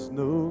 no